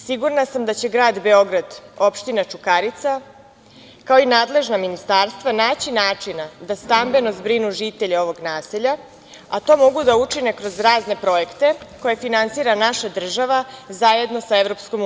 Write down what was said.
Sigurna sam da će grad Beograd, opština Čukarica, kao i nadležna ministarstva naći način da stambeno zbrinu žitelje ovog naselja, a to mogu da učine kroz razne projekte koje finansira naša država zajedno sa EU.